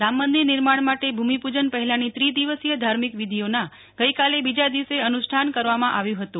રામ મંદિર નિર્માણ માટે ભૂમૂજન પહેલાની ત્રિદિવસીય ધાર્મિક વિધિઓના ગઈકાલે બીજા દિવસે અનુષ્ઠાન કરવામાં આવ્યું હતું